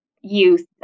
youth